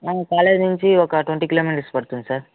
college నుంచి ఒక twenty kilometres పడుతుంది సార్